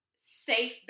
safe